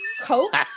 coat